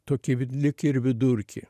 tokį lyg ir vidurkį